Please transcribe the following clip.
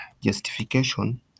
Justification